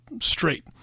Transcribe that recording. straight